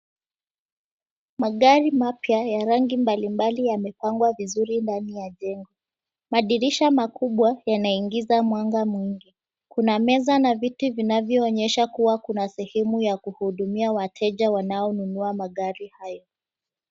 Magari mapya ya rangi mbalimbali yamepangwa vizuri ndani ya jengo. madirisha makubwa yanaingiza mwanga mwingi. Kuna meza na viti vinavyoonyesha kuwa kuna sehemu ya kuhudumia wateja wanaonunua magari hayo.